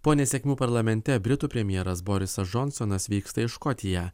po nesėkmių parlamente britų premjeras borisas džonsonas vyksta į škotiją